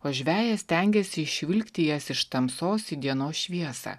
o žvejas stengiasi išvilkti jas iš tamsos į dienos šviesą